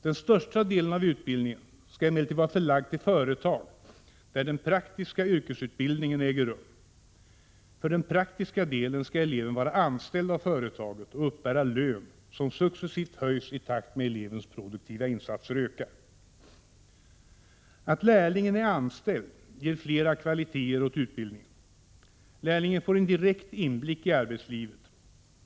Den största delen av utbildningen skall emellertid vara förlagd till företag, där den praktiska yrkesutbildningen äger rum. För den praktiska delen skall eleven vara anställd av företaget och uppbära lön som successivt höjs i takt med att elevens produktiva insatser ökar. Att lärlingen är anställd ger flera kvaliteter åt utbildningen. Lärlingen får en direkt inblick i arbetslivet.